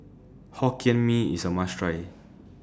Hokkien Mee IS A must Try